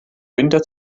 winter